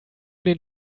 den